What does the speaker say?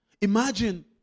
Imagine